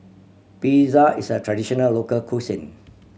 pizza is a traditional local cuisine